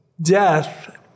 death